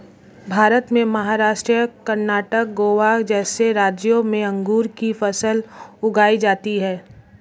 भारत में महाराष्ट्र, कर्णाटक, गोवा जैसे राज्यों में अंगूर की फसल उगाई जाती हैं